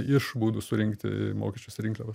iš būdų surinkti mokesčius ir rinkliavas